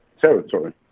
territory